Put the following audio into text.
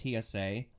TSA